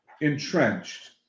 Entrenched